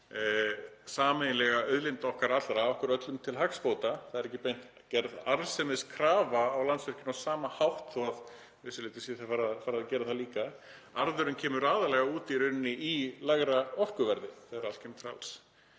sameiginlega auðlind okkar allra okkur öllum til hagsbóta, það er ekki beint gerð arðsemiskrafa á Landsvirkjun á sama hátt þó að vissu leyti sé farið að gera það líka. Arðurinn kemur aðallega út í lægra orkuverði þegar allt kemur til